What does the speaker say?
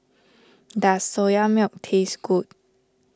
does Soya Milk taste good